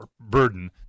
burden